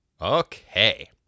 Okay